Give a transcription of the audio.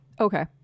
Okay